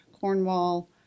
Cornwall